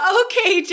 okay